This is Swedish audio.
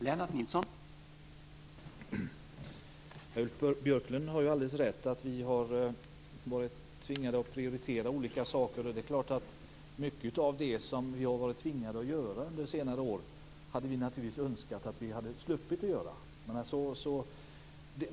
Herr talman! Ulf Björklund har alldeles rätt i att vi har varit tvingade att prioritera olika saker. Mycket av det som vi har varit tvingade att göra under senare år hade vi naturligtvis önskat att vi hade sluppit att göra.